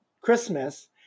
Christmas